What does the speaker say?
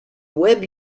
web